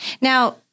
Now